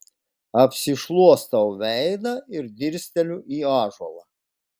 apsišluostau veidą ir dirsteliu į ąžuolą